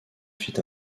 fit